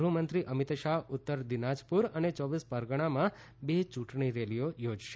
ગૃહમંત્રી અમિત શાહ ઉત્તર દિનાજપુર અને ચોવિસપરગણામાં બે ચૂંટણી રેલીઓ યોજશે